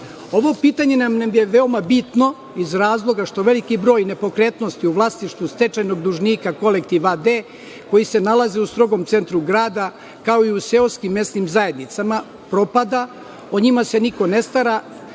pitanje nam je negde bitno, iz razloga što veliki broj nepokretnosti u vlasništvu stečajnog dužnika „Kolektiva“ a.d. koji se nalazi u strogom centru grada, kao i u seoskim mesnim zajednicama propada. O njima se niko ne stara